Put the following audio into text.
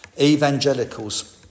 Evangelicals